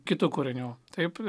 kitų kūrinių taip